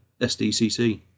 SDCC